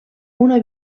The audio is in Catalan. una